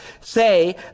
say